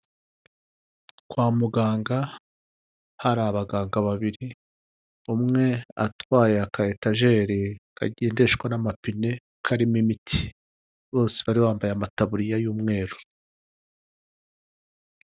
Kwa muganga hari abaganga babiri; umwe atwaye aka etajeri kagendeshwa n'amapine, karimo imiti. Bose bari bambaye amataburiya y'umweru.